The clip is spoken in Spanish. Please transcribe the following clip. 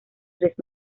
tres